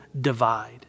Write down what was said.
divide